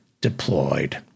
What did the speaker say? deployed